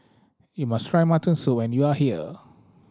you must try mutton soup when you are here